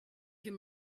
him